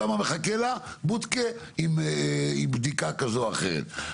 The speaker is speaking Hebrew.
שם מחכה לה בודקה עם בדיקה כזו או אחרת.